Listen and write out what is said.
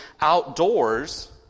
outdoors